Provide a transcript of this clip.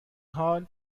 حال